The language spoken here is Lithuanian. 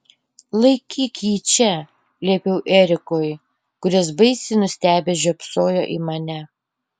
laikyk jį čia liepiau erikui kuris baisiai nustebęs žiopsojo į mane